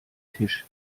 tisch